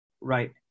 right